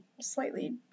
slightly